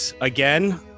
again